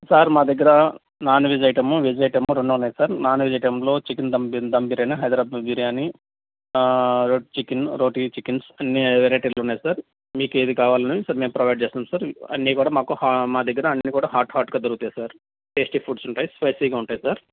sir మా దగ్గర non veg item veg item రెండూ ఉన్నాయి సార్ నాన్వెజ్ ఐటంలో chicken dum dum biryani Hyderabad biryani red chicken roti chickens అన్ని వెరైటీలు ఉన్నాయి సార్ మీకు ఏది కావాలన్నా సార్ ప్రొవైడ్ చేస్తాము సార్ అన్నీ కూడా మాకు మా దగ్గర అన్నీ కూడా హాట్ హాట్గా దొరుకుతాయి సార్ టేస్టీ ఫూడ్స్ ఉంటాయి స్పైసీగా ఉంటాయ్ సార్